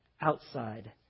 outside